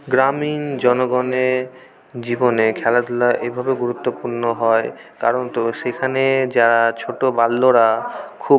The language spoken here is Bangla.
গ্রামীণ জনগণে জীবনে খেলাধুলা এভাবে গুরুত্বপূর্ণ হয় কারণ তো সেখানে যারা ছোটো বাল্যরা খুব